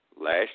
last